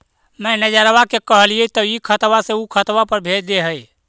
मैनेजरवा के कहलिऐ तौ ई खतवा से ऊ खातवा पर भेज देहै?